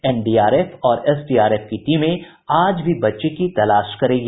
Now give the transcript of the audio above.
NDRF और SDRF की टीमें आज भी बच्चे की तलाश करेगी